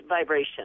vibration